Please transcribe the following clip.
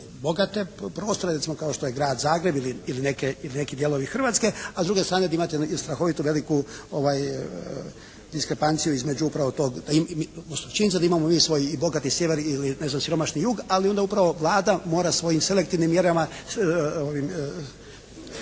bogate prostore, recimo kao što je Grad Zagreb ili neki dijelovi Hrvatske, a s druge strane da imate strahovito veliku diskrepanciju između upravo tog, odnosno činjenica da imamo mi svoj i bogat i sjever ili ne znam siromašni jug, ali onda upravo Vlada mora svojim selektivnim mjerama,